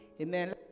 Amen